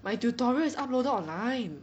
my tutorial is uploaded online